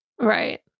Right